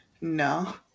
No